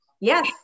Yes